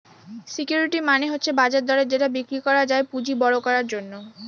security মানে হচ্ছে বাজার দরে যেটা বিক্রি করা যায় পুঁজি বড়ো করার জন্য